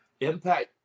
Impact